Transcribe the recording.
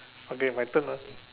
okay my turn ah